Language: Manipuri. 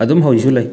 ꯑꯗꯨꯝ ꯍꯧꯖꯤꯛꯁꯨ ꯂꯩ